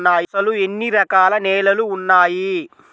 అసలు ఎన్ని రకాల నేలలు వున్నాయి?